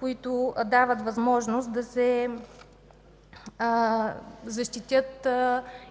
които дават възможност да се защитят